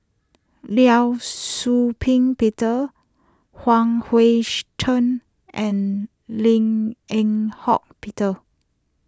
Liao Shau Ping Peter Huang Hui she Tsuan and Lim Eng Hock Peter